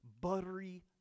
buttery